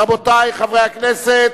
רבותי חברי הכנסת,